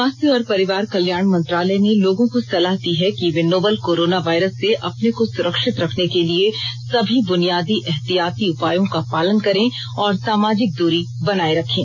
स्वास्थ्य और परिवार कल्याण मंत्रालय ने लोगों को सलाह दी है कि वे नोवल कोरोना वायरस से अपने को सुरक्षित रखने के लिए सभी बुनियादी एहतियाती उपायों का पालन करें और सामाजिक दूरी बनाए रखें